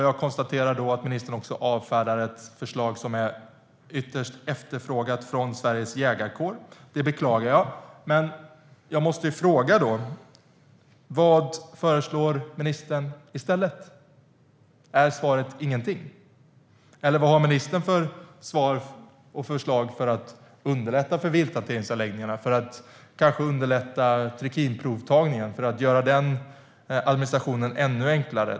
Jag konstaterar att ministern då också avfärdar ett förslag som är ytterst efterfrågat av Sveriges jägarkår, och det beklagar jag. Vad föreslår ministern i stället? Är svaret "ingenting"? Vad har ministern för förslag för att underlätta för vilthanteringsanläggningarna eller för att göra administrationen av trikinprovtagningen ännu enklare?